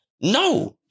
No